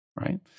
right